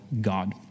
God